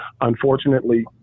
Unfortunately